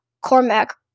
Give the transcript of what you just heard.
Cormac